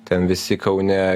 ten visi kaune